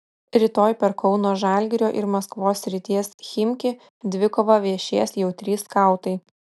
rytoj per kauno žalgirio ir maskvos srities chimki dvikovą viešės jau trys skautai